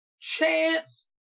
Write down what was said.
Chance